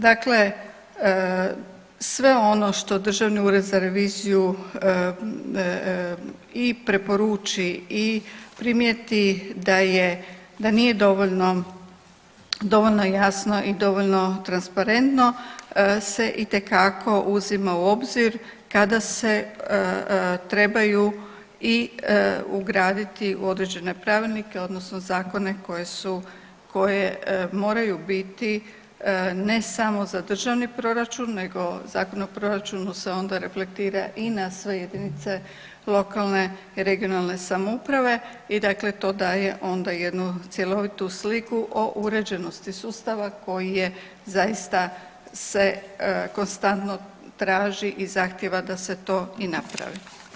Dakle, sve ono što Državni ured za reviziju i preporuči i primijeti da je, da nije dovoljno, dovoljno jasno i dovoljno transparentno se itekako uzima u obzir kada se trebaju i ugraditi u određene pravilnike odnosno zakone koje su, koje moraju biti ne samo za državni proračun nego Zakon o proračunu se onda reflektira i na sve jedinice lokalne i regionalne samouprave i dakle to daje onda jednu cjelovitu sliku o uređenosti sustava koji je zaista se konstantno traži i zahtjeva da se to i napravi.